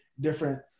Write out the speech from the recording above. different